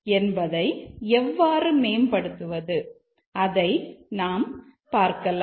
என்பதை எவ்வாறு மேம்படுத்துவது அதை நாம் பார்க்கலாம்